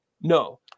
no